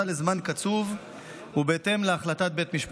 לזמן קצוב ובהתאם להחלטת בית משפט.